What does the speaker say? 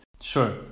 Sure